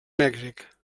mèxic